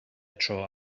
tro